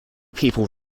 people